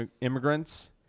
immigrants